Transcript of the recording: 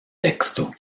texto